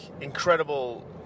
incredible